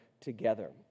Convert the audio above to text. together